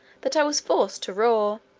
that i was forced to roar